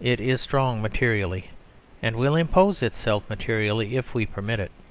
it is strong materially and will impose itself materially if we permit it.